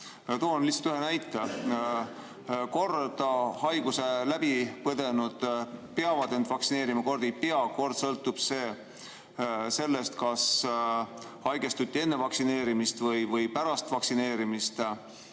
Toon lihtsalt ühe näite. Kord peavad haiguse läbipõdenud laskma end vaktsineerida, kord ei pea, kord sõltub see sellest, kas haigestuti enne vaktsineerimist või pärast vaktsineerimist.